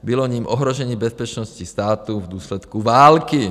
Bylo jím ohrožení bezpečnosti státu v důsledku války.